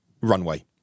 runway